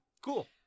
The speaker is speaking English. Cool